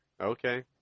Okay